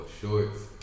shorts